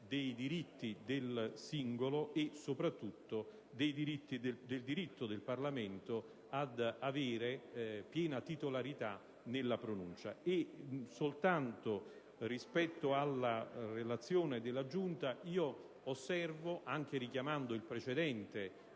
dei diritti del singolo e soprattutto del diritto del Parlamento ad avere piena titolarità nel procedimento che precede la pronuncia. Rispetto alla relazione della Giunta, osservo, anche richiamando il precedente